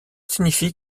signifie